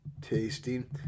tasting